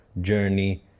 journey